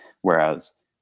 whereas